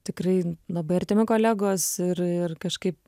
tikrai labai artimi kolegos ir ir kažkaip